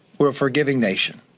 we're a forgiving nation.